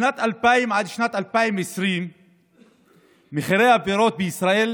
משנת 2000 עד שנת 2020 מחירי הפירות בישראל,